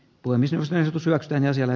poimisi usein se että ne siellä